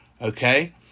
Okay